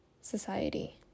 society